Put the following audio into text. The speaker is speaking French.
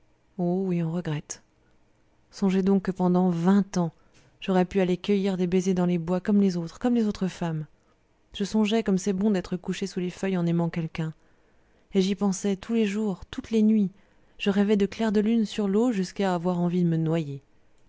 oh oui on regrette songez donc que pendant vingt ans j'aurais pu aller cueillir des baisers dans les bois comme les autres comme les autres femmes je songeais comme c'est bon d'être couché sous les feuilles en aimant quelqu'un et j'y pensais tous les jours toutes les nuits je rêvais de clairs de lune sur l'eau jusqu'à avoir envie de me noyer